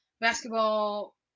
basketball